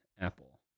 apple